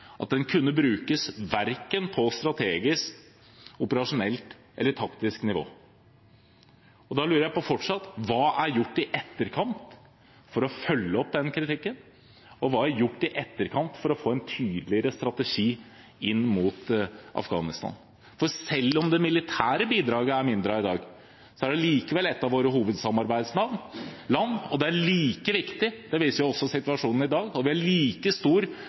at den verken kunne brukes på strategisk, på operasjonelt eller på taktisk nivå. Jeg lurer fortsatt på: Hva er gjort i etterkant for å følge opp den kritikken? Og hva er gjort i etterkant for å få en tydeligere strategi inn mot Afghanistan? Selv om det militære bidraget er mindre i dag, er det likevel et av våre hovedsamarbeidsland. Og det er like viktig – det viser jo også situasjonen i dag – og det er i like